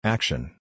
Action